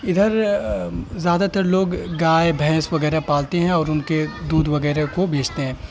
ادھر زیادہ تر لوگ گائے بھینس وغیرہ پالتے ہیں اور ان کے دودھ وغیرہ کو بیچتے ہیں